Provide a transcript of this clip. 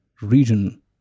region